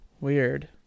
Weird